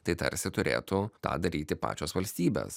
tai tarsi turėtų tą daryti pačios valstybės